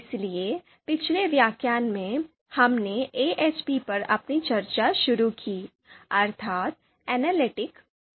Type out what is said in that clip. इसलिए पिछले व्याख्यान में हमने एएचपी पर अपनी चर्चा शुरू की अर्थात् Analytic Hierarchy Process